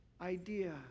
idea